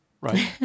right